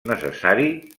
necessari